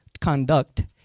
conduct